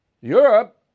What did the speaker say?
Europe